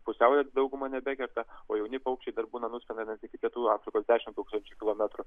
pusiaujo dauguma nebekerta o jauni paukščiai dar būna nustumiami iki pietų afrikos dešimt tūkstančių kilometrų